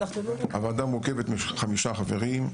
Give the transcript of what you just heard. הוועדה מורכבת מחמישה חברים,